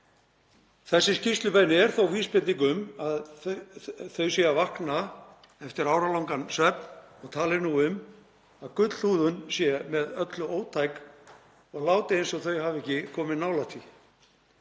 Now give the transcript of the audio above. Þessi skýrslubeiðni er þó vísbending um að þeir séu að vakna eftir áralangan svefn; tala nú um að gullhúðun sé með öllu ótæk og láta eins og þeir hafi ekki komið nálægt